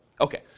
Okay